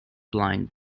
blind